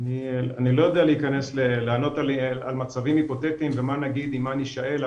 אני לא יודע להיכנס לענות על מצבים היפותטיים ומה נגיד אם מה נשאל,